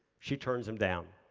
she turns him down.